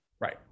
right